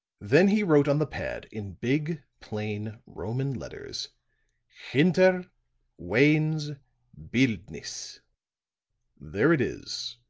then he wrote on the pad in big, plain roman letters hinter wayne's bildnisse there it is,